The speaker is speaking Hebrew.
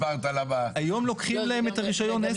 היום לוקחים להם את רישיון העסק.